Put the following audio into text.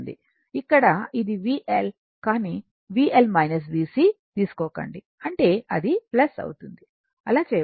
ఇక్కడ ఇది VL కానీ VL VC తీసుకోకండి అంటే అది అవుతుంది అలా చేయవద్దు